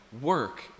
work